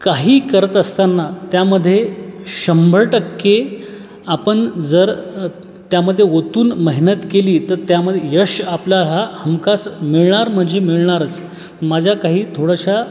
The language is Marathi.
काही करत असताना त्यामध्ये शंभर टक्के आपण जर त्यामध्ये ओतून मेहनत केली तर त्यामध्ये यश आपला हा हमखास मिळणार म्हणजे मिळणारच माझ्या काही थोड्याशा